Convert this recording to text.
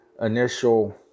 initial